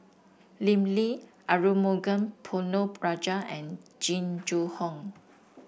Lim Lee Arumugam Ponnu Rajah and Jing Jun Hong